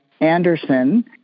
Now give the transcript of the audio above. Anderson